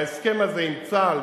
וההסכם הזה עם צה"ל,